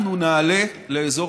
אנחנו נעלה לאזור